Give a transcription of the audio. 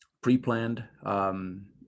pre-planned